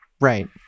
Right